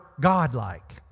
Godlike